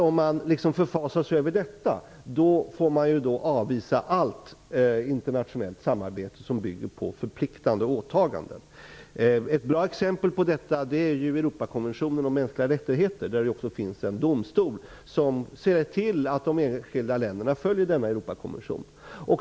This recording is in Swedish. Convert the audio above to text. Om man förfasar sig över detta får man avvisa allt internationellt samarbete som bygger på förpliktande åtaganden. Ett bra exempel på detta är Europakonventionen om mänskliga rättigheter, där det också finns en domstol som ser till att de enskilda länderna följer denna Europakonvention.